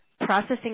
processing